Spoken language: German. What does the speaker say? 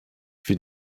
wir